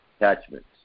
attachments